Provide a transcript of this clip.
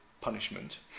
punishment